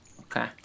Okay